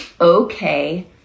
okay